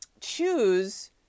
choose